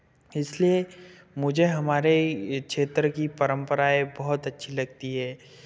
इसलिए मुझे हमारे ये क्षेत्र की परंपराएं बहुत अच्छी लगती हैं